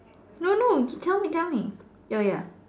no no tell me yo ya